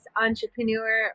entrepreneur